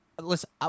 listen